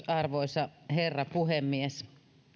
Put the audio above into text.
arvoisa herra puhemies